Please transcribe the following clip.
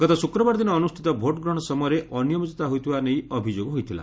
ଗତ ଶୁକ୍ରବାର ଦିନ ଅନୁଷ୍ଠିତ ଭୋଟ୍ ଗହଣ ସମୟରେ ଅନିୟମିତତା ହୋଇଥିବା ନେଇ ଅଭିଯୋଗ ହୋଇଥିଲା